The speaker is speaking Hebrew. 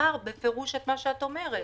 אמר בפירוש את מה שאת אומרת.